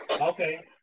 Okay